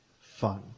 fun